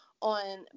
on